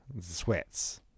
Sweats